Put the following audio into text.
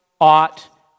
ought